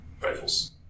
rifles